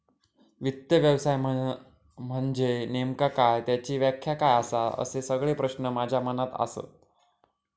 वित्त व्यवसाय म्हनजे नेमका काय? त्याची व्याख्या काय आसा? असे सगळे प्रश्न माझ्या मनात आसत